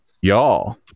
y'all